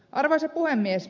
arvoisa puhemies